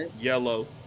yellow